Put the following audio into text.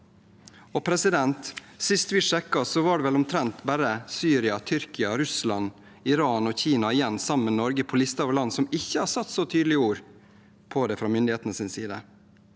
kaller det. Sist vi sjekket, var det vel omtrent bare Syria, Tyrkia, Russland, Iran og Kina igjen – sammen med Norge – på listen over land som ikke har satt så tydelige ord på det fra myndighetenes side.